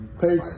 page